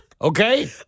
Okay